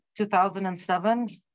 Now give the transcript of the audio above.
2007